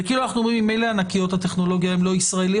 זה כאילו אנחנו אומרים: ממילא ענקיות הטכנולוגיה הן לא ישראליות,